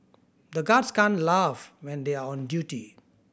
the guards can't laugh when they are on duty